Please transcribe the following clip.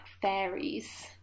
fairies